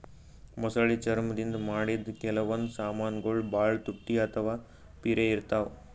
ಮೊಸಳಿ ಚರ್ಮ್ ದಿಂದ್ ಮಾಡಿದ್ದ್ ಕೆಲವೊಂದ್ ಸಮಾನ್ಗೊಳ್ ಭಾಳ್ ತುಟ್ಟಿ ಅಥವಾ ಪಿರೆ ಇರ್ತವ್